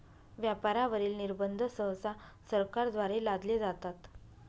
व्यापारावरील निर्बंध सहसा सरकारद्वारे लादले जातात